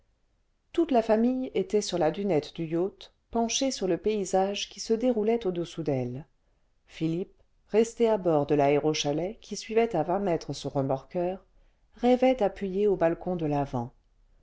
toute la famille était sur la dunette du yacht penchée sur le paysage qui se déroulait au dessousdelle philippe resté à bord de l'aérochalet qui suivait à vingt mètres son remorqueur rêvait appuyé au balcon de l'avant